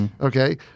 Okay